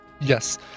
Yes